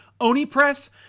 OniPress